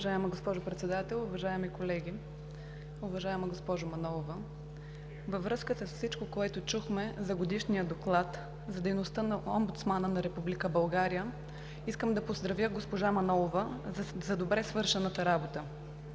Уважаема госпожо Председател, уважаеми колеги, уважаема госпожо Манолова! Във връзка с всичко, което чухме за годишния доклад за дейността на омбудсмана на Република България, искам да поздравя госпожа Манолова за добре свършената работа.